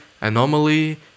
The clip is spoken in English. anomaly